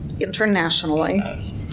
internationally